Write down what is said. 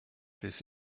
this